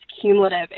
cumulative